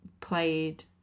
played